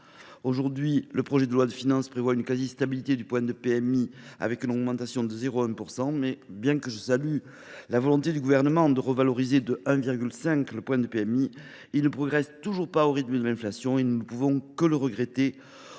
Pour 2024, le projet de loi de finances prévoit une quasi stabilité du point de PMI, avec une augmentation de 0,1 %. Bien que je salue la volonté du Gouvernement de revaloriser de 1,5 % le point de PMI, il ne progresse toujours pas au rythme de l’inflation. Nous ne pouvons que le regretter, compte